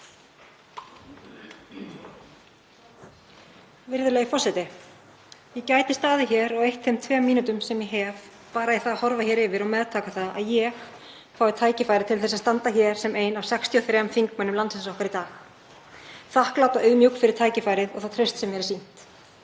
Virðulegur forseti. Ég gæti staðið hér og eytt þeim tveimur mínútum sem ég hef í að horfa hér yfir og meðtaka það að ég fái tækifæri til þess að standa hér sem ein af 63 þingmönnum landsins okkar í dag, þakklát og auðmjúk fyrir tækifærið og það traust sem mér er sýnt,